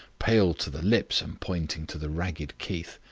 pale to the lips, and pointing to the ragged keith.